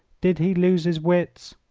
did he lose his wits?